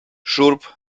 šurp